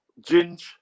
Ginge